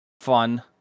fun